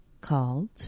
called